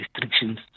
restrictions